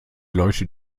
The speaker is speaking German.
leute